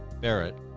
Barrett